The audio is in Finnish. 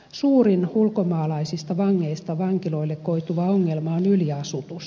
suurin ulkomaalaisista vangeista vankiloille koituva ongelma on yliasutus